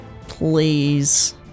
Please